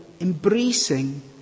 embracing